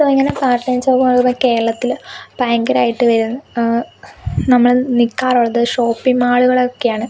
so ഇങ്ങനെ part time ജോബുകൾ നമ്മുടെ കേരളത്തിൽ ഭയങ്കരമായിട്ടും വരുന്ന് നമ്മൾ നിൽക്കാറുള്ളത് ഷോപ്പിംഗ് മാളുകളൊക്കെയാണ്